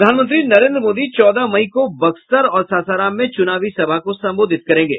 प्रधानमंत्री नरेन्द्र मोदी चौदह मई को बक्सर और सासाराम में चुनावी सभा को संबोधित करेंगे